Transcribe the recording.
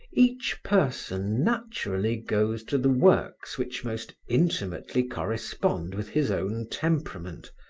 each person naturally goes to the works which most intimately correspond with his own temperament,